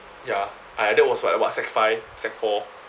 ya I that was what I what sec five sec four